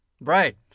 Right